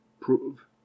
prove